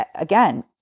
again